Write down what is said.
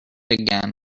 again